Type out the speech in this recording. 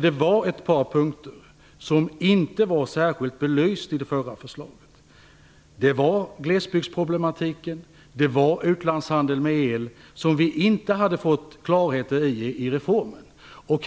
Det var ett par punkter som inte var särskilt belysta i det förra förslaget. Det var glesbygdsproblematiken och det var utlandshandeln med el som vi inte hade fått klarhet om i reformen.